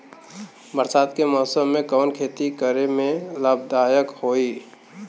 बरसात के मौसम में कवन खेती करे में लाभदायक होयी?